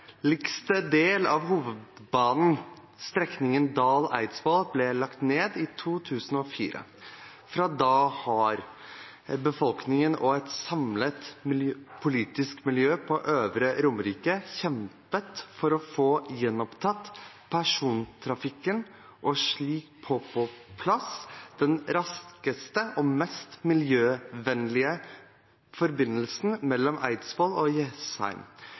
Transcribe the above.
del av Hovedbanen, strekningen Dal–Eidsvoll, ble lagt ned i 2004. Fra da av har befolkningen og et samlet politisk miljø på Øvre Romerike kjempet for å få gjenopptatt persontrafikken og slik få på plass den raskeste og mest miljøvennlige forbindelsen mellom Eidsvoll og